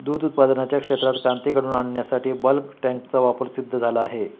दूध उत्पादनाच्या क्षेत्रात क्रांती घडवून आणण्यासाठी बल्क टँकचा वापर सिद्ध झाला आहे